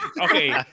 Okay